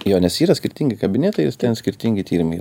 jo nes yra skirtingi kabinetai ir ten skirtingi tyrimai yra